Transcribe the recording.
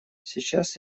сейчас